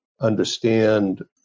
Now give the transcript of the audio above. understand